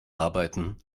arbeiten